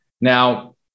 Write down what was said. Now